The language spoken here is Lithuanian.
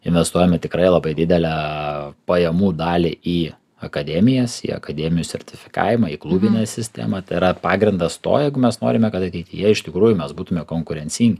investuojame tikrai labai didelę pajamų dalį į akademijas į akademijų sertifikavimą į klubinę sistemą tai yra pagrindas to jeigu mes norime kad ateityje iš tikrųjų mes būtume konkurencingi